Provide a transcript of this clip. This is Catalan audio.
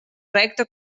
recta